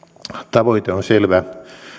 tavoite on selvä